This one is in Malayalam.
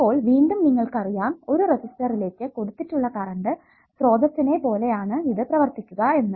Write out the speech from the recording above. അപ്പോൾ വീണ്ടും നിങ്ങൾക്ക് അറിയാം ഒരു റെസിസ്റ്ററിലേക്ക് കൊടുത്തിട്ടുള്ള കറണ്ട് സ്രോതസ്സിനെ പോലെ ആണ് ഇത് പ്രവർത്തിക്കുക എന്ന്